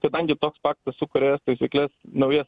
kadangi toks faktas sukuria taisykles naujas